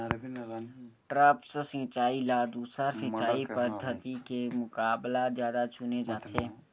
द्रप्स सिंचाई ला दूसर सिंचाई पद्धिति के मुकाबला जादा चुने जाथे